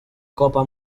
copa